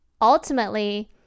ultimately